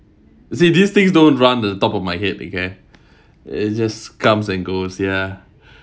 you see these things don't run the top of my head okay it just comes and goes ya